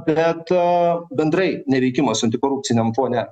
bet bendrai neveikimas antikorupciniam fone